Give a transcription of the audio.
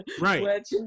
Right